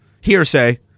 hearsay